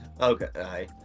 Okay